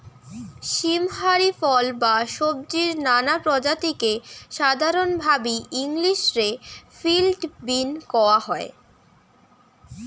সীম হারি ফল বা সব্জির নানা প্রজাতিকে সাধরণভাবি ইংলিশ রে ফিল্ড বীন কওয়া হয়